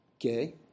okay